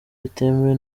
bitemewe